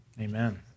Amen